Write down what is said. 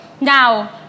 now